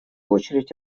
очередь